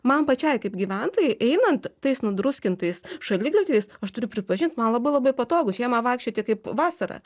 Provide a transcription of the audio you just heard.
man pačiai kaip gyventojai einant tais nudruskintais šaligatviais aš turiu pripažint man labai labai patogu žiemą vaikščioti kaip vasarą